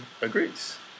agrees